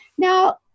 Now